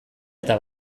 eta